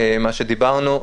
מה שדיברנו.